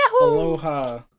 Aloha